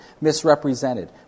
misrepresented